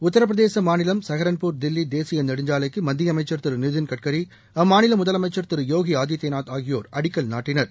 உத்திரபிரதேச மாநிலம் சஹரன்பூர் தில்லி தேசிய நெடுஞ்சாலைக்கு மத்திய அமைச்சா் திரு நிதின் கட்கரி அம்மாநில முதலமைச்சா் திரு போகி ஆதித்யநாத் ஆகியோா் அடிக்கல் நாட்டினர்